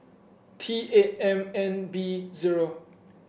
T eight M nine B zero